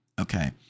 Okay